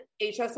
hsi